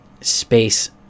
space